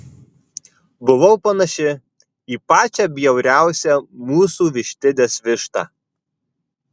buvau panaši į pačią bjauriausią mūsų vištidės vištą